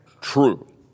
true